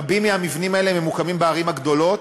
רבים מהמבנים האלה ממוקמים בערים הגדולות,